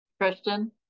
Christian